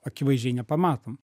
akivaizdžiai nepamatom